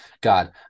God